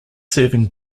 serving